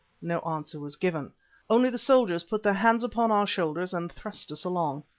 no answer was given only the soldiers put their hands upon our shoulders and thrust us along.